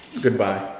Goodbye